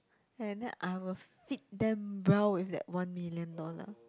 and then I will feed them well with that one million dollar